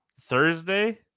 thursday